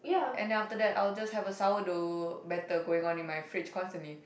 and then after that I'll just have a sour dough batter going on in my fridge constantly